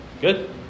Good